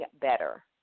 better